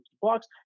blocks